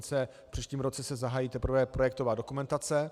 V příštím roce se zahájí teprve projektová dokumentace.